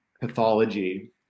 pathology